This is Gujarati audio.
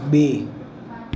બે